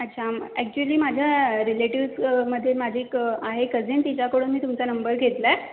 अच्छा ॲक्चुअली माझ्या रिलेटिव्समध्ये माझी एक आहे कझिन तिच्याकडून मी तुमचा नंबर घेतला आहे